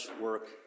work